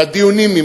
והדיונים,